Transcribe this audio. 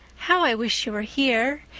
how i wish you were here!